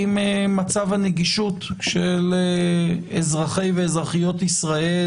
אם מצב הנגישות של אזרחי ואזרחיות ישראל,